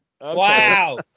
wow